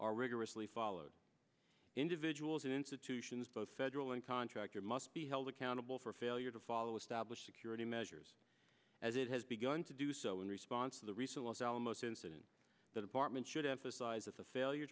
are rigorously followed individuals and institutions both federal and contractor must be held accountable for failure to follow establish security measures as it has begun to do so in response to the recent los alamos incident the department should have the size of the failure